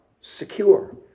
secure